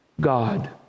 God